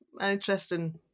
interesting